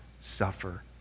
suffer